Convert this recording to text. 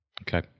Okay